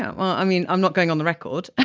um ah i mean, i'm not going on the record,